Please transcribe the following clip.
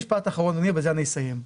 משפט אחרון ובזה אני אסיים.